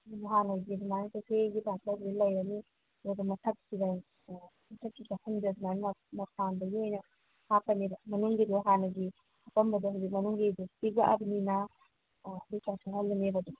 ꯑꯗꯨꯝ ꯍꯥꯟꯅꯒꯤ ꯑꯗꯨꯃꯥꯏꯅ ꯀꯦꯐꯦꯒꯤ ꯇꯥꯏꯞꯇ ꯑꯗꯨꯗ ꯂꯩꯔꯅꯤ ꯑꯗꯨꯒ ꯃꯊꯛꯁꯤꯗ ꯃꯊꯛꯀꯤ ꯁꯨꯃꯥꯏꯅ ꯃꯄꯥꯟꯗꯒꯤ ꯑꯣꯏꯅ ꯍꯥꯞꯄꯅꯦꯕ ꯃꯅꯨꯡꯗꯁꯨ ꯍꯥꯟꯅꯒꯤ ꯍꯥꯞꯄꯝꯕꯗꯣ ꯍꯧꯖꯤꯛ ꯃꯅꯨꯡꯒꯤꯗꯣ ꯄꯤꯛꯂꯛꯑꯕꯅꯤꯅ